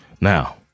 Now